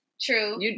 True